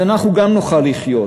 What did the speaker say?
אז אנחנו גם נוכל לחיות.